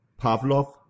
Pavlov